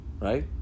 right